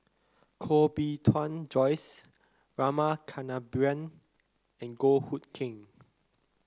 Koh Bee Tuan Joyce Rama Kannabiran and Goh Hood Keng